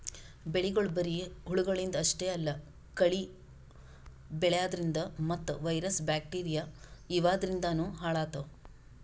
ಬೆಳಿಗೊಳ್ ಬರಿ ಹುಳಗಳಿಂದ್ ಅಷ್ಟೇ ಅಲ್ಲಾ ಕಳಿ ಬೆಳ್ಯಾದ್ರಿನ್ದ ಮತ್ತ್ ವೈರಸ್ ಬ್ಯಾಕ್ಟೀರಿಯಾ ಇವಾದ್ರಿನ್ದನೂ ಹಾಳಾತವ್